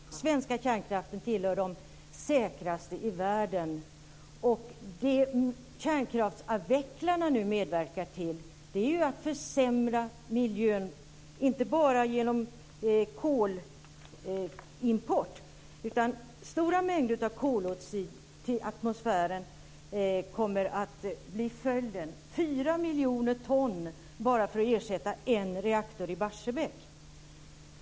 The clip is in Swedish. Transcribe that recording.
Fru talman! Den svenska kärnkraften tillhör den säkraste i världen. Och det som kärnkraftsavvecklarna nu medverkar till är ju att försämra miljön inte bara genom kolimport utan stora mängder av koloxid till atmosfären kommer att bli följden - fyra miljoner ton bara för att ersätta en reaktor i Barsebäck.